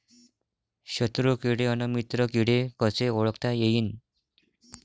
शत्रु किडे अन मित्र किडे कसे ओळखता येईन?